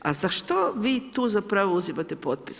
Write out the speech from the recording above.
A zašto vi tu zapravo uzimati potpise?